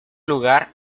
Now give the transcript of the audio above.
lugar